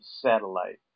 Satellite